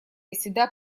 всегда